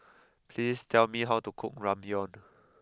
please tell me how to cook Ramyeon